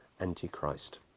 Antichrist